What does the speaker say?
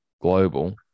global